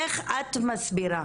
איך את מסבירה